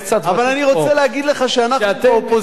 אבל אני רוצה להגיד לך שאנחנו באופוזיציה,